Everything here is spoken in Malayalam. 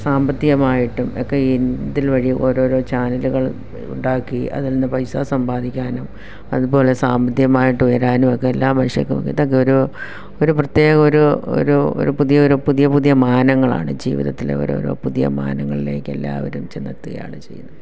സാമ്പത്തികമായിട്ടും ഒക്കെ ഇതിൽ വഴി ഒക്കെ ഓരോരോ ചാനലുകൾ ഉണ്ടാക്കി അതിൽ നിന്ന് പൈസ സമ്പാദിക്കാനും അതുപോലെ സാമ്പത്തികമായിട്ട് വരാനും ഒക്കെ എല്ലാ മനുഷ്യർക്കും ഒരു ഒരു പ്രത്യേക ഒരു ഒരു ഒരു പുതിയ ഒരു പുതിയ പുതിയ മാനങ്ങളാണ് ജീവിതത്തിലെ ഓരോരോ പുതിയ മാനങ്ങളിലേക്ക് എല്ലാവരും ചെന്നെത്തുകയാണ് ചെയ്യുന്നത്